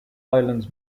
islands